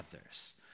others